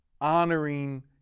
honoring